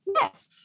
Yes